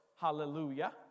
hallelujah